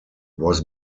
was